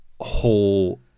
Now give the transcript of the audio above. whole